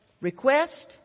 request